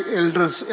elders